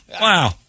Wow